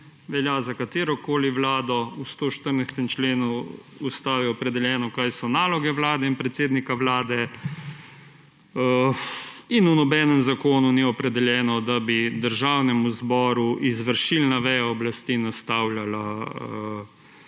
velja za katerokoli vlado. V 114. členu Ustave je opredeljeno, kaj so naloge vlade in predsednika vlade. V nobenem zakonu ni opredeljeno, da bi Državnemu zboru izvršilna veja oblasti nastavljala